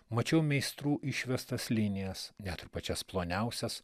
mačiau meistrų išvestas linijas net pačias ploniausias